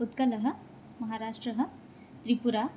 उत्कलः महाराष्ट्रः त्रिपुरा